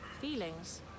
feelings